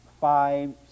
five